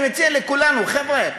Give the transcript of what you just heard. אני מציע לכולנו: חבר'ה,